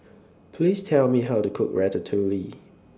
Please Tell Me How to Cook Ratatouille